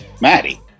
Maddie